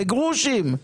בגרושים.